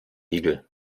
igel